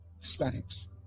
Hispanics